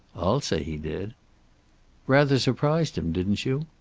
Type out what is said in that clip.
i'll say he did rather surprised him, didn't you?